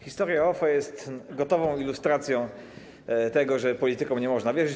Historia OFE jest gotową ilustracją tego, że politykom nie można wierzyć.